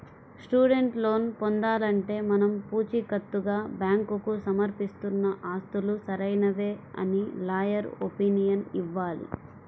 student loan పొందాలంటే మనం పుచీకత్తుగా బ్యాంకుకు సమర్పిస్తున్న ఆస్తులు సరైనవే అని లాయర్ ఒపీనియన్ ఇవ్వాలి